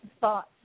thoughts